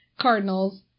cardinals